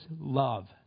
love